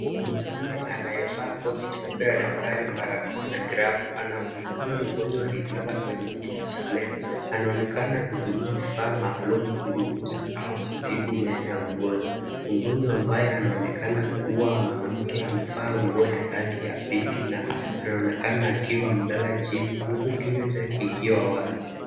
Mwanaume anayevaa koti jeupe la daktari, barakoa na glavu, anamhudumia mgonjwa aliyelala kwenye kiti cha meno. Anaonekana akitumia kifaa maalum kuchunguza au kutibu meno ya mgonjwa. Mgonjwa ambaye anaonekana kuwa mwanamke, amevaa nguo ya rangi ya pinki na anaonekana akiwa amelala chini huku kinywa chake kikiwa wazi.